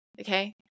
Okay